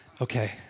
okay